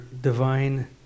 divine